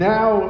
Now